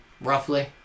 Roughly